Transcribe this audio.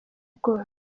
bwose